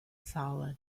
solid